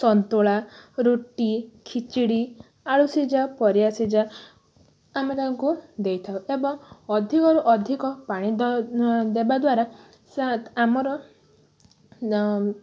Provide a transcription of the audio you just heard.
ସନ୍ତୁଳା ରୁଟି ଖିଚିଡ଼ି ଆଳୁ ସିଝା ପରିବା ସିଝା ଆମେ ତାଙ୍କୁ ଦେଇଥାଉ ଏବଂ ଅଧିକରୁ ଅଧିକ ପାଣି ଦେବା ଦ୍ୱାରା ସେ ଆମର